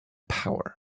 power